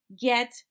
get